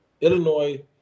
Illinois